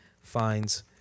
finds